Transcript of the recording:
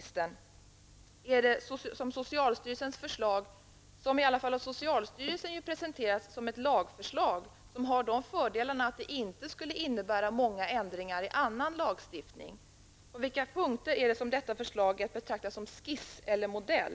Socialstyrelsen förslag har ju i alla fall av socialstyrelsen presenterats som ett lagförslag, och det har de fördelarna att det inte skulle innebära många ändringar i annan lagstiftning. På vilka punkter betraktas detta förslag som skiss eller modell?